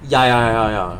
ya ya ya ya